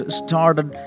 started